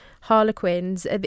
Harlequins